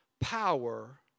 power